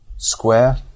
square